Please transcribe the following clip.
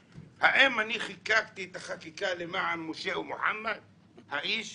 אם אני אומר שזה לא משנה --- אתה רוצה